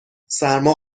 سرما